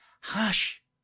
hush